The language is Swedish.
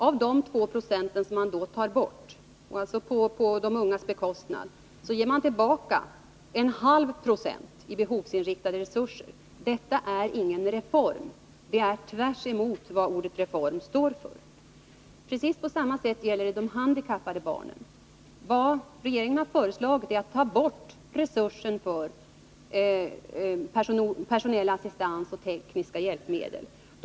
Av dessa 2 96 ger man tillbaka 0,5 90 för behovsinriktade resurser. Detta är ingen reform. Det är tvärtemot vad ordet reform står för. På samma sätt förhåller det sig när det gäller de handikappade barnen. Vad regeringen har föreslagit är att resursen för personell assistans och tekniska hjälpmedel skall tas bort.